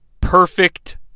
Perfect